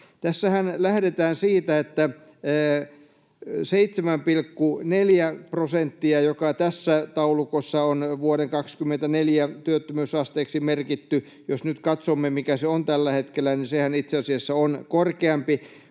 Tässähän lähdetään siitä, että 7,4 prosenttia on tässä taulukossa vuoden 2024 työttömyysasteeksi merkitty. Jos nyt katsomme, mikä se on tällä hetkellä, niin sehän itse asiassa on korkeampi,